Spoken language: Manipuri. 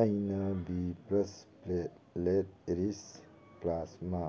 ꯑꯩꯅ B plus platelet rich plasma